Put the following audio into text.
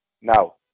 Now